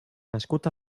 nascut